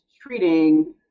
treating